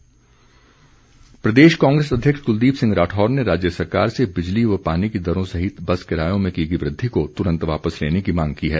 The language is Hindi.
कांग्रेस प्रदेश कांग्रेस अध्यक्ष कुलदीप सिंह राठौर ने राज्य सरकार से बिजली व पानी की दरों सहित बस किरायों में की गई वृद्धि को तुरंत वापिस लेने की मांग की है